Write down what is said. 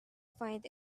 find